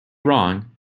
wrong